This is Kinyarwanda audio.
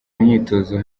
imyitozo